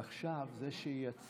חבר הכנסת מעוז, לפני שתהיה לי הרשימה,